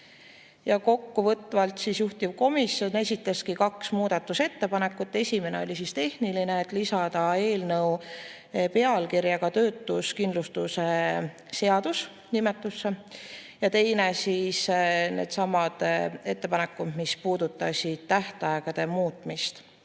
Kokkuvõtvalt juhtivkomisjon esitaski kaks muudatusettepanekut. Esimene oli tehniline: lisada eelnõu pealkirja ka töötuskindlustuse seadus. Teiseks olid needsamad ettepanekud, mis puudutasid tähtaegade muutmist.